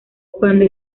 cuando